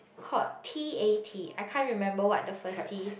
called t_a_t I can't remember what the first T